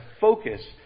focus